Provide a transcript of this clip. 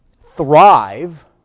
thrive